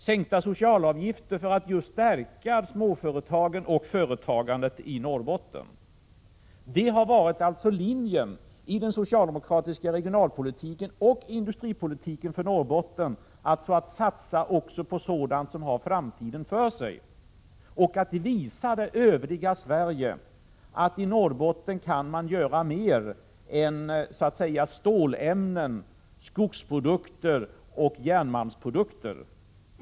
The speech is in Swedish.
Sänkta socialavgifter för att stärka småföretagen och företagandet i Norrbotten har varit linjen i den socialdemokratiska regionalpolitiken och industripolitiken för Norrbotten, dvs. att satsa även på sådant som har framtiden för sig, liksom att visa det övriga Sverige att man i Norrbotten kan göra mer än stålämnen, skogsprodukter och järnmalmsprodukter.